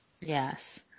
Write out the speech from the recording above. Yes